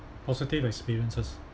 positive experiences